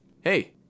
hey